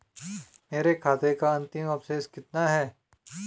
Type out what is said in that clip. मेरे खाते का अंतिम अवशेष कितना है?